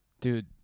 dude